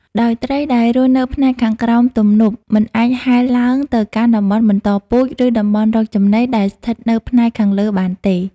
ដោយត្រីដែលរស់នៅផ្នែកខាងក្រោមទំនប់ មិនអាចហែលឡើងទៅកាន់តំបន់បន្តពូជ ឬតំបន់រកចំណីដែលស្ថិតនៅផ្នែកខាងលើបានទេ។